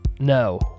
No